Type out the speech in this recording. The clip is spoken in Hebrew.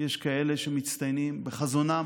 יש כאלה שמצטיינים בחזונם